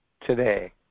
today